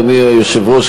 אדוני היושב-ראש,